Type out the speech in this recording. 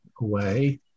away